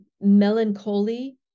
Melancholy